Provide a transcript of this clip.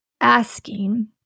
asking